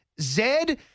Zed